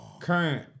Current